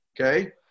Okay